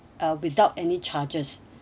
uh without any charges